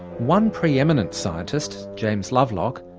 one pre-eminent scientist, james lovelock,